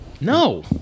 No